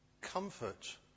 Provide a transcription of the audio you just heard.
comfort